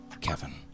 Kevin